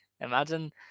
Imagine